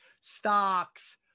stocks